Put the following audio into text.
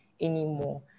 anymore